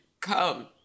come